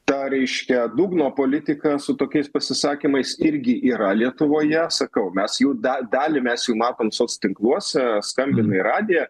ta reiškia dugno politika su tokiais pasisakymais irgi yra lietuvoje sakau mes jų da dalį mes jų matom soc tinkluose skambina į radiją